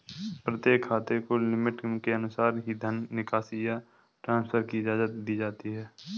प्रत्येक खाते को लिमिट के अनुसार ही धन निकासी या ट्रांसफर की इजाजत दी जाती है